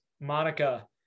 Monica